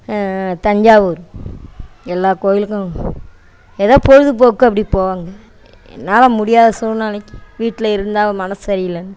தஞ்சாவூர் எல்லாம் கோவிலுக்கும் ஏதோ பொழுதுபோக்கு அப்படி போவாங்க என்னால் முடியாத சூழ்நிலைக்கு வீட்டில் இருந்தால் மனது சரியில்லைன்னு